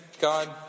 God